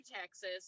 Texas